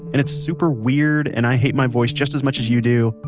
and it's super weird and i hate my voice just as much as you do.